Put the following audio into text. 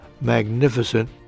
magnificent